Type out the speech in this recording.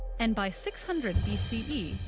and by six hundred b c e.